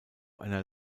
einer